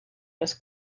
los